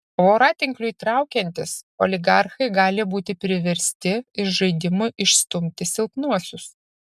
voratinkliui traukiantis oligarchai gali būti priversti iš žaidimo išstumti silpnuosius